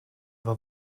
efo